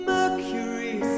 Mercury